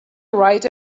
write